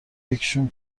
یکیشون